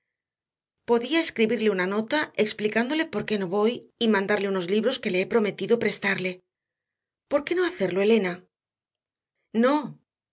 podía escribirle una nota explicándole por qué no voy y mandarle unos libros que le he prometido prestarle por qué no hacerlo elena no